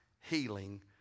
healing